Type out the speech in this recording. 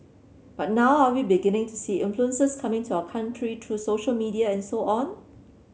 but now are we beginning to see influences coming to our country through social media and so on